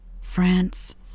France